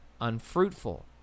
unfruitful